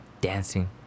dancing